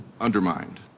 undermined